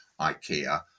ikea